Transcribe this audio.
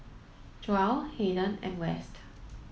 Joell Hayden and West